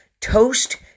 Toast